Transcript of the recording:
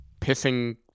pissing